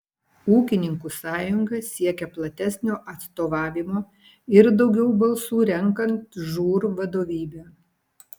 ūkininkų sąjunga siekia platesnio atstovavimo ir daugiau balsų renkant žūr vadovybę